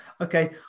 okay